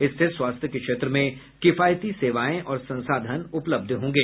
इससे स्वास्थ्य के क्षेत्र में किफायती सेवाएं और संसाधन उपलब्ध होंगे